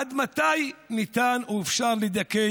עד מתי ניתן או אפשר לדכא